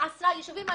עשרה, יישובים.